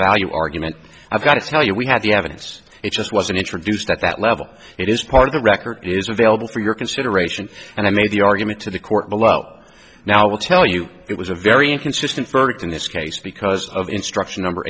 value argument i've got to tell you we have the evidence it just wasn't introduced at that level it is part of the record is available for your consideration and i made the argument to the court below now will tell you it was a very inconsistent ferg in this case because of instruction number